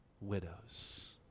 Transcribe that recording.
widows